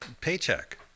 paycheck